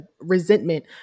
resentment